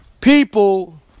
people